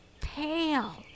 pale